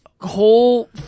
whole